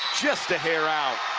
just a hair out.